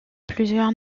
plusieurs